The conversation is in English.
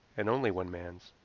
and only one man's.